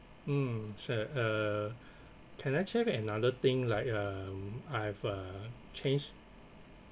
mm sure uh can I check another thing like um I have uh changed